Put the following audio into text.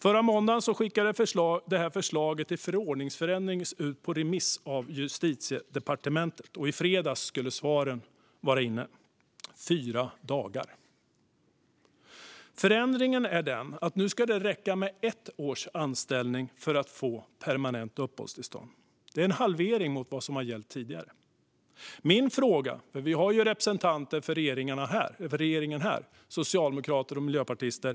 Förra måndagen skickades detta förslag till förordningsförändring ut på remiss av Justitiedepartementet, och i fredags skulle svaren vara inne - fyra dagar. Förändringen är att det nu ska räcka med ett års anställning för att få permanent uppehållstillstånd. Det är en halvering jämfört med vad som har gällt tidigare. Vi har representanter från regeringen här, socialdemokrater och miljöpartister.